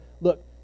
look